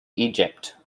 egypt